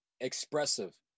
expressive